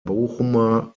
bochumer